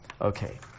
Okay